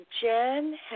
Jen